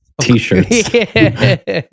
T-shirts